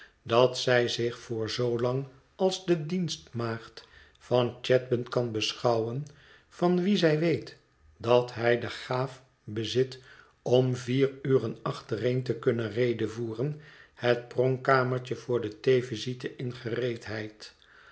dat zij zich voor zoolang als de dienstmaagd van chadband kan beschouwen van wien zij weet dat hij de gaaf bezit om vier uren achtereen te kunnen redevoeren het pronkkamertje voor de theevisite in gereedheid